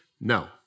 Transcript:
no